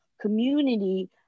community